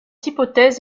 hypothèse